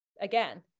again